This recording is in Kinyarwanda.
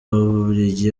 w’ububiligi